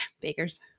Bakers